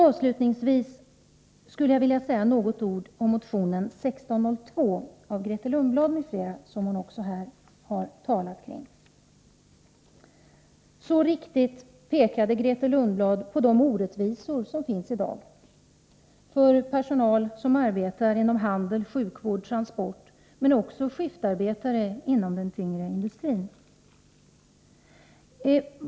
Avslutningsvis skulle jag vilja säga några ord om motion 1602 av Grethe Lundblad m.fl., som vi också hört Grethe Lundblad tala om här. Hon pekade så riktigt på de orättvisor som finns i dag för personal som arbetar inom handel, sjukvård och transportområdet men också för skiftarbetare inom industrin.